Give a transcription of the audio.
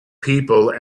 people